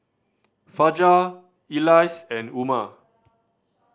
Fajar Elyas and Umar